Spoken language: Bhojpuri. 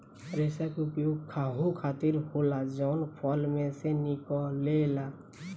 रेसा के उपयोग खाहू खातीर होला जवन फल में से निकलेला